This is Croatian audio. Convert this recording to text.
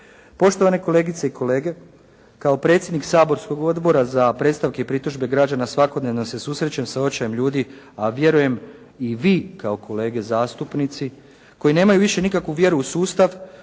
Poštovane kolegice i kolege, kao predsjednik saborskog Odbora za predstavke i pritužbe građana svakodnevno se susrećem sa očajem ljudi, a vjerujem i vi kao kolege zastupnici koji nemaju više nikakvu vjeru u sustav